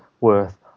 worth